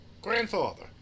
grandfather